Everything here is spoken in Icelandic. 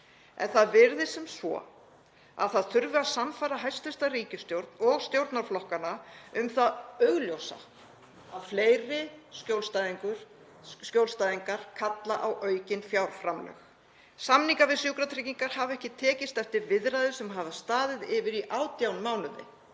en það virðist sem svo að það þurfi að sannfæra hæstv. ríkisstjórn og stjórnarflokkana um það augljósa, að fleiri skjólstæðingar kalla á aukin fjárframlög. Samningar við Sjúkratryggingar hafa ekki tekist eftir viðræður sem hafa staðið yfir í 18 mánuði.